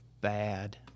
bad